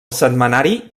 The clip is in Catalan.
setmanari